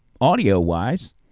audio-wise